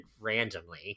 randomly